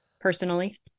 personally